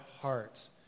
hearts